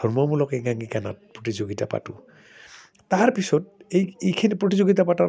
ধৰ্মমূলক একাংকীকা নাট প্ৰতিযোগিতা পাতোঁ তাৰপিছত এই এইখিনি প্ৰতিযোগিতা পাতৰ